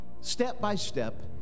step-by-step